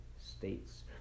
states